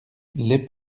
les